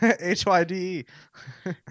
H-Y-D-E